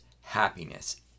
happiness